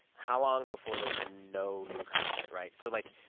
how long before there's no new content right? so like,